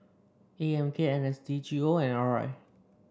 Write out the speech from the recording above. A M K N S D G O and R I